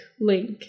link